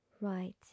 right